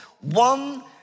one